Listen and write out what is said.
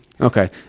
Okay